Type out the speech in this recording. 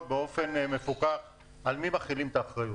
באופן מפוכח על מי מחילים את האחריות.